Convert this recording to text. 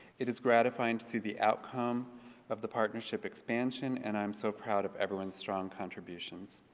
it is gratifying to see the outcome of the partnership expansion and i'm so proud of everyone's strong contributions.